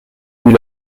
eut